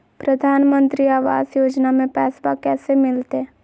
प्रधानमंत्री आवास योजना में पैसबा कैसे मिलते?